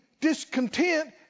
discontent